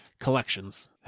collections